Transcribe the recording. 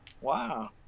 wow